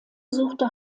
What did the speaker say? suchte